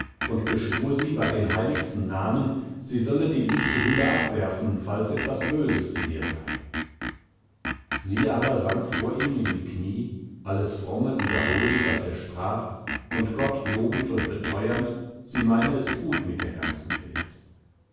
und beschwur sie bei den heiligsten namen sie solle die lichte hülle abwerfen falls etwas böses in ihr sei sie aber sank vor ihm in die knie alles fromme wiederholend was er sprach und gott lobend und beteuernd sie meine es gut mit der ganzen welt